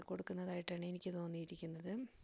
കൊടുക്കുന്നതായിട്ടാണ് എനിക്ക് തോന്നിയിരിക്കുന്നത്